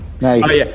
Nice